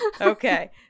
Okay